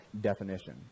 definition